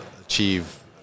achieve